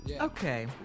Okay